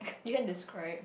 you can describe